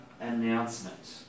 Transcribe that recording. announcement